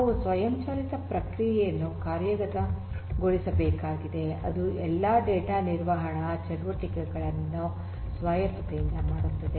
ನಾವು ಸ್ವಯಂಚಾಲಿತ ಪ್ರಕ್ರಿಯೆಯನ್ನು ಕಾರ್ಯಗತಗೊಳಿಸಬೇಕಾಗಿದೆ ಅದು ಈ ಎಲ್ಲಾ ಡೇಟಾ ನಿರ್ವಹಣಾ ಚಟುವಟಿಕೆಗಳನ್ನು ಸ್ವಾಯತ್ತವಾಗಿ ಮಾಡುತ್ತದೆ